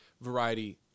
variety